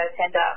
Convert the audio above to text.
tender